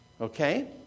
Okay